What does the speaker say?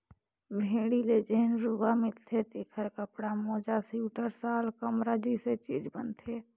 भेड़ी ले जेन रूआ मिलथे तेखर कपड़ा, मोजा सिवटर, साल, कमरा जइसे चीज बनथे